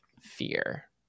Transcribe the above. fear